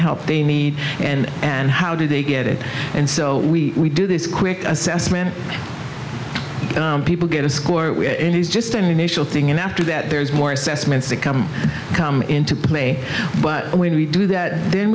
help they need and and how do they get it and so we do this quick assessment people get a score is just an initial thing and after that there's more assessments that come into play but when we do that then